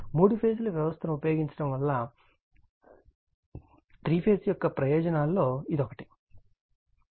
3 phase ల వ్యవస్థను ఉపయోగించడం వలన 3 ఫేజ్ యొక్క ప్రధాన ప్రయోజనా ల్లో ఇది ఒకటి